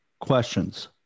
questions